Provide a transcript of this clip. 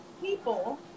people